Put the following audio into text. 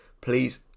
please